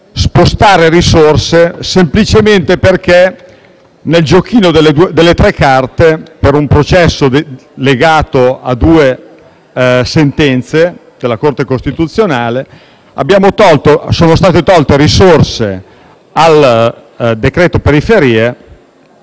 *d'emblée* risorse semplicemente perché nel giochino delle tre carte, per un processo legato a due sentenze della Corte costituzionale, sono state tolte risorse al decreto periferie